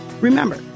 Remember